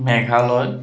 Meghalaya